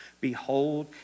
Behold